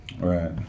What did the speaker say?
Right